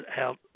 out